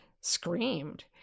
screamed